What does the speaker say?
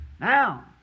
Now